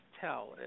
tell